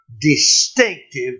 distinctive